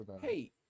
hey